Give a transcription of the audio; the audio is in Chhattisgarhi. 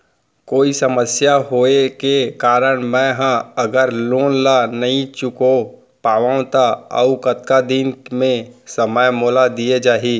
कोई समस्या होये के कारण मैं हा अगर लोन ला नही चुका पाहव त अऊ कतका दिन में समय मोल दीये जाही?